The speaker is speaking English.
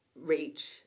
reach